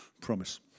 Promise